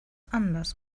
anders